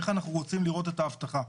איך אנחנו רוצים לראות את האבטחה?